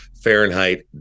fahrenheit